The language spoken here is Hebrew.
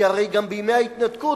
כי הרי גם בימי ההתנתקות,